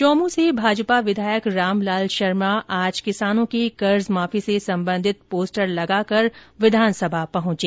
चौमूं से भाजपा विधायक रामलाल शर्मा आज किसानों की कर्ज माफी से संबंधित पोस्टर लगाकर विधानसभा पहंचे